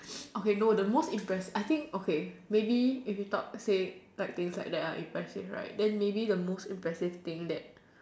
okay no the most impressive I think okay maybe if you talk say like things like that impressive right then maybe the most impressive thing that